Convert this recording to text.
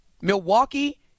Milwaukee